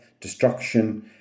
destruction